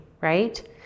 right